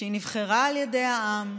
שהיא נבחרה על ידי העם,